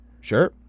Sure